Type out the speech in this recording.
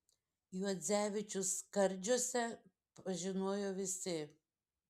juodzevičių skardžiuose pažinojo visi